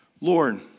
Lord